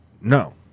No